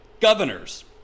governors